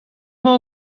emañ